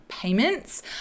payments